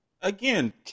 Again